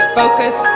focus